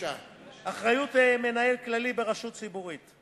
אחריות מנהל כללי ברשות ציבורית,